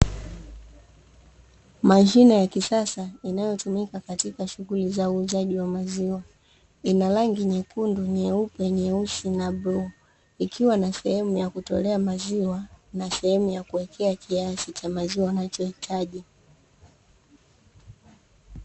Mashine ya kisasa inayotumika katika shughuli za uuzaji wa maziwa ina rangi nyekundu, nyeupe, nyeusi na bluu ikiwa na sehemu ya kutolea maziwa na sehemu ya kuwekea kiasi cha maziwa unachohitaji.